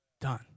Done